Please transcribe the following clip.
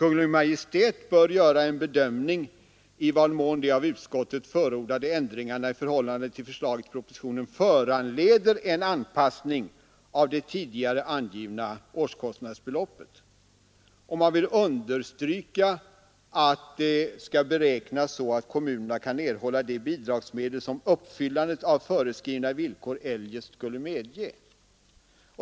Maj:t bör därvid göra en bedömning i vad mån de av utskottet förordade ändringarna i förhållande till förslaget i propositionen föranleder en anpassning av det tidigare angivna årskostnadsbeloppet.” Och så understryker utskottet att anslaget ”beräknas så att kommunerna kan erhålla de bidragsmedel som uppfyllandet av föreskrivna villkor eljest skulle medge”.